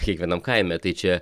kiekvienam kaime tai čia